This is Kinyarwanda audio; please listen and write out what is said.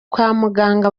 kwamuganga